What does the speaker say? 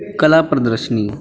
ਕਲਾ ਪ੍ਰਦਰਸ਼ਨੀ